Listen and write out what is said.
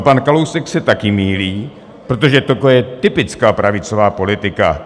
Pan Kalousek se také mýlí, protože toto je typická pravicová politika.